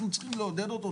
אנחנו צריכים לעודד אותו,